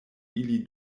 ili